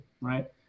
right